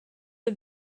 are